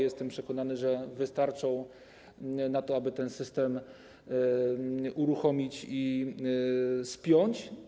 Jestem przekonany, że wystarczą one, żeby ten system uruchomić i spiąć.